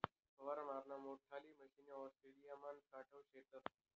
फवारा माराना मोठल्ला मशने ऑस्ट्रेलियामा सावठा शेतस